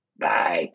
Bye